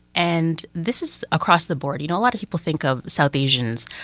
and this is across the board. you know, a lot of people think of south asians,